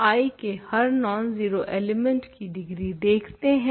तो हम I के हर नॉन जीरो एलिमेंट की डिग्री देखते हैं